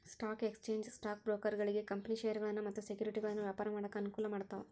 stock exchange stock ಬ್ರೋಕರ್ಗಳಿಗಿ company ಷೇರಗಳನ್ನ ಮತ್ತ ಸೆಕ್ಯುರಿಟಿಗಳನ್ನ ವ್ಯಾಪಾರ ಮಾಡಾಕ ಅನುಕೂಲ ಮಾಡ್ತಾವ